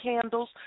candles